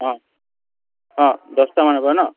অঁ অঁ দহটামানৰ পৰা ন